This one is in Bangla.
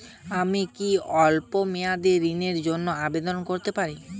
আমি কি স্বল্প মেয়াদি ঋণের জন্যে আবেদন করতে পারি?